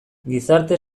gizarte